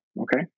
Okay